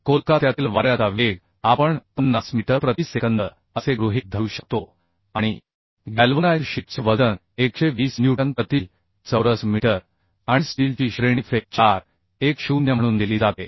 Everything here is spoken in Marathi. कोलकात्यातील वाऱ्याचा वेग आपण 50 मीटर प्रति सेकंद असे गृहीत धरू शकतो आणि गॅल्वनाइज्ड शीटचे वजन 120 न्यूटन प्रति चौरस मीटर आणि स्टीलची श्रेणी Fe 4 1 0 म्हणून दिली जाते